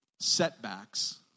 setbacks